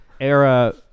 era